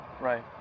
Right